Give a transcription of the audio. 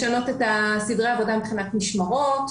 לשנות את סדרי העבודה מבחינת משמרות,